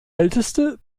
älteste